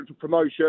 promotion